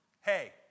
hey